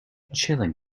chilling